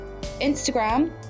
Instagram